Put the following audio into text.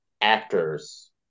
actors